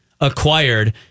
acquired